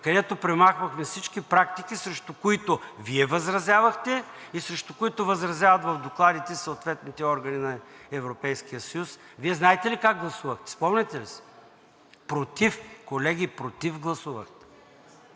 където премахвахме всички практики, срещу които Вие възразявахте и срещу които възразяват в докладите съответните органи на Европейския съюз, Вие знаете ли как гласувахте? Спомняте ли си? Против! Колеги, против гласувахте!